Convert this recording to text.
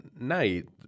night